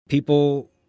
People